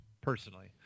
Personally